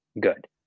good